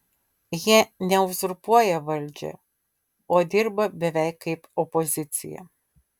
jie ne uzurpuoja valdžią o dirba beveik kaip opozicija